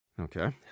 Okay